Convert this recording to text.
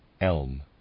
elm